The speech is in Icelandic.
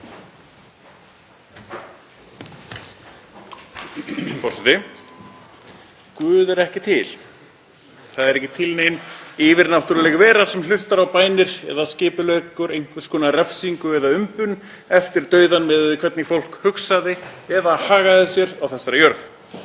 Forseti. Guð er ekki til. Það er ekki til nein yfirnáttúruleg vera sem hlustar á bænir eða skipuleggur einhvers konar refsingu eða umbun eftir dauðann miðað við hvernig fólk hugsaði eða hagaði sér á þessari jörð.